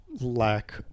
lack